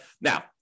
Now